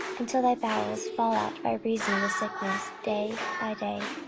until thy bowels fall out by reason of the sickness day by day.